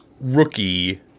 rookie